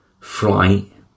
flight